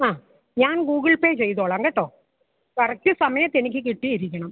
ആ ഞാൻ Google Pay ചെയ്തോളാം കേട്ടോ കറക്റ്റ് സമയത്ത് എനിക്ക് കിട്ടിയിരിക്കണം